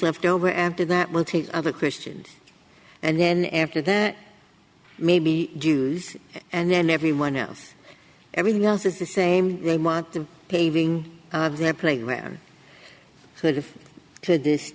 left over after that we'll take other christians and then after that maybe jews and everyone else everything else is the same they want the paving of their playground so if to this